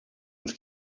uns